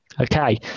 okay